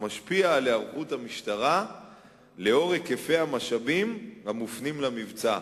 המשפיע על היערכות המשטרה לאור היקפי המשאבים המופנים למבצע.